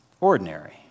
ordinary